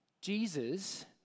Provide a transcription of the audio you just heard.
Jesus